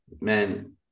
Man